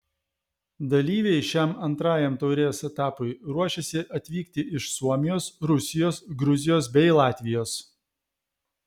dalyviai šiam antrajam taurės etapui ruošiasi atvykti iš suomijos rusijos gruzijos bei latvijos